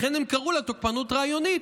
לכן הם קראו לה "תוקפנות רעיונית",